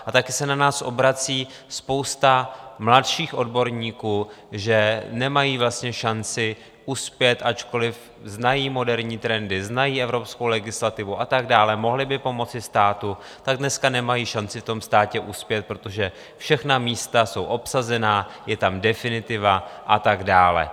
A taky se na nás obrací spousta mladších odborníků, že nemají šanci uspět, ačkoli znají moderní trendy, znají evropskou legislativu a tak dále, mohli by pomoci státu, tak dneska nemají šanci v státě uspět, protože všechna místa jsou obsazená, je tam definitiva a tak dále.